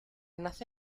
nace